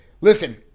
listen